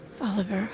Oliver